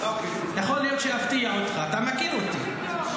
יכול להיות שאפתיע אותך, אתה מכיר אותי.